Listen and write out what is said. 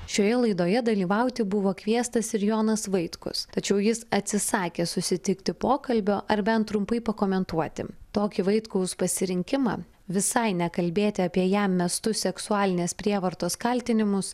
šioje laidoje dalyvauti buvo kviestas ir jonas vaitkus tačiau jis atsisakė susitikti pokalbio ar bent trumpai pakomentuoti tokį vaitkaus pasirinkimą visai nekalbėti apie jam mestus seksualinės prievartos kaltinimus